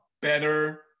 better